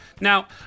Now